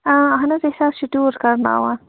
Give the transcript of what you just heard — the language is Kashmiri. آ اَہن حظ أسۍ حظ چھِ ٹیٛوٗر کَرناوان